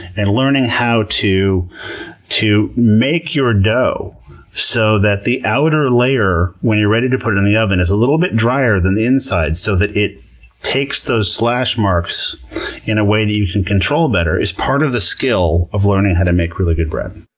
and learning how to to make your dough so that the outer layer, when you're ready to put it in the oven, is a little bit dryer than the inside so that it takes those slash marks in a way that you can control better is part of the skill of learning how to make really good bread.